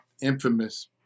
infamous